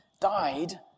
died